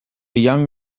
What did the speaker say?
young